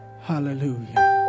Hallelujah